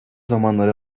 zamanları